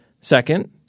Second